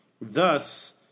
Thus